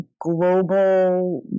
global